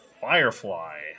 Firefly